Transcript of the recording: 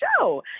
show